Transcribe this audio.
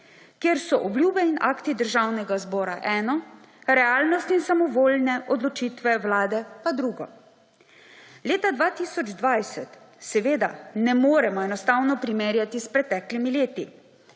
kjer so obljube in akti Državnega zbora eno, realnost in samovoljne odločitve Vlade pa drugo. Leta 2020 seveda ne moremo enostavno primerjati s preteklimi leti.